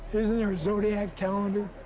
isn't there a zodiac calendar?